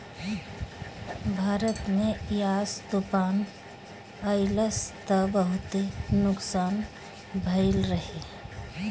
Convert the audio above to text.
भारत में यास तूफ़ान अइलस त बहुते नुकसान भइल रहे